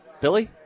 Billy